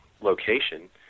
location